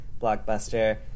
blockbuster